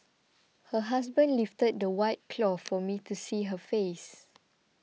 her husband lifted the white cloth for me to see her face